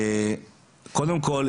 קודם כל,